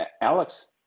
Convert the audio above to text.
Alex